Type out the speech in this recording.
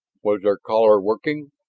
was their caller working,